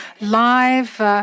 live